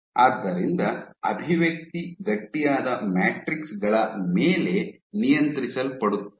ಆದ್ದರಿಂದ ಅಭಿವ್ಯಕ್ತಿ ಗಟ್ಟಿಯಾದ ಮ್ಯಾಟ್ರಿಕ್ಸ್ ಗಳ ಮೇಲೆ ನಿಯಂತ್ರಿಸಲ್ಪಡುತ್ತದೆ